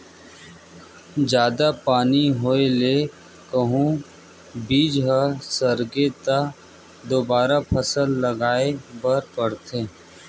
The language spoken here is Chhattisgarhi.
जादा पानी होए ले कहूं बीजा ह सरगे त दोबारा फसल लगाए बर परथे